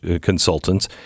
consultants